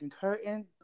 curtain